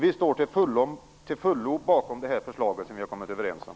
Vi står till fullo bakom det förslag som vi har kommit överens om.